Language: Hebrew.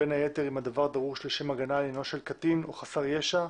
בין היתר אם הדבר דרוש לשם הגנה על עניינו של קטין או חסר ישע,